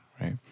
right